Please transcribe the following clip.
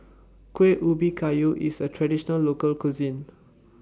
Kueh Ubi Kayu IS A Traditional Local Cuisine